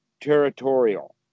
territorial